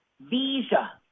Visa